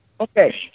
Okay